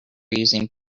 using